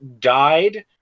died